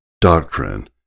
doctrine